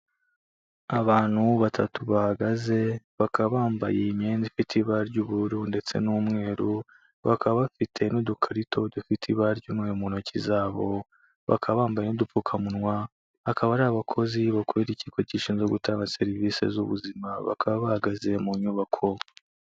Abantu batatu bahagaze bakaba bambaye imyenda ifite ibara ry'ubururu ndetse n'umweru, bakaba bafite n'udukarito dufite ibara ry'umweru mu ntoki zabo, bakaba bambaye n'udupfukamunwa. Akaba ari abakozi bakorera ikigo gishinzwe gutanga serivise z'ubuzima, bakaba bahagaze mu nyubako.